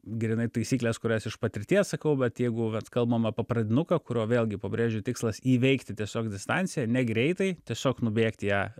grynai taisyklės kurias iš patirties sakau bet jeigu vat kalbam apie pradinuką kurio vėlgi pabrėžiu tikslas įveikti tiesiog distanciją ne greitai tiesiog nubėgti ją